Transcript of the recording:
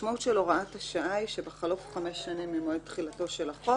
משמעות של הוראת השעה היא שבחלוף חמש שנים ממועד תחילתו של החוק